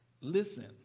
listen